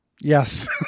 Yes